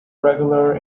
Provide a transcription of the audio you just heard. regular